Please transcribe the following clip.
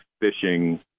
fishing